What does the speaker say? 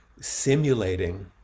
simulating